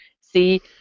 see